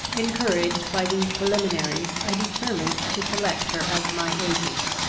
encouraged by these preliminaries, i determined to select her as my agent.